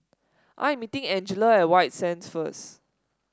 I am meeting Angela at White Sands first